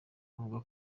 avuga